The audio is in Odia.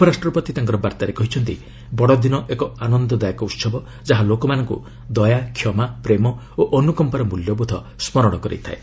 ଉପରାଷ୍ଟ୍ରପତି ତାଙ୍କ ବାର୍ତ୍ତାରେ କହିଛନ୍ତି ବଡଦିନ ଏକ ଆନନ୍ଦଦାୟକ ଉତ୍ସବ ଯାହା ଲୋକମାନଙ୍କୁ ଦୟା କ୍ଷମା ପ୍ରେମ ଓ ଅନୁକମ୍ପାର ମୂଲ୍ୟବୋଧ ସ୍ମରଣ କରାଇଥାଏ